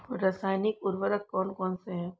रासायनिक उर्वरक कौन कौनसे हैं?